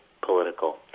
political